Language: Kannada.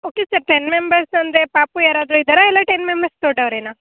ಓಕೆ ಸರ್ ಟೆನ್ ಮೆಂಬರ್ಸ್ ಅಂದರೆ ಪಾಪು ಯಾರಾದರೂ ಇದ್ದಾರಾ ಇಲ್ಲ ಟೆನ್ ಮೆಂಬರ್ಸ್ ದೊಡ್ಡವರೇನಾ